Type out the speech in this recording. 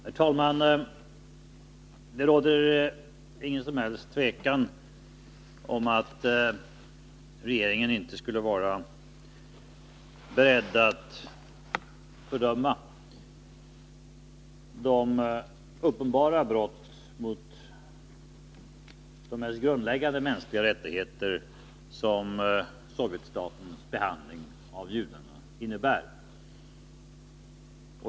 Herr talman! Det råder ingen som helst tvekan om att regeringen är beredd att fördöma de uppenbara brott mot grundläggande mänskliga rättigheter som Sovjetstatens behandling av judarna innebär.